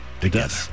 together